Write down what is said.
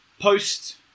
post